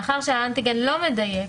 שהאנטיגן לא מדייק.